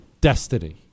destiny